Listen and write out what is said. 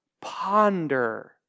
ponder